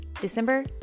December